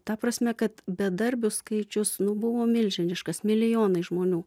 ta prasme kad bedarbių skaičius nu buvo milžiniškas milijonai žmonių